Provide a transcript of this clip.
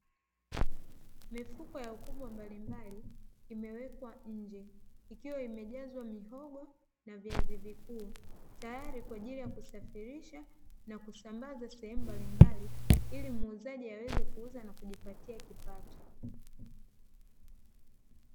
Mifuko ya ukubwa mbalimbali imewekwa nje, ikiwa imejazwa mihogo na viazi vikuu tayari kwa ajili ya kusafirisha na kusambaza sehemu mbalimbali, ili muuzaji aweze kuuza na kujipatia kipato.